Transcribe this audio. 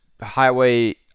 highway